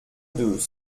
deux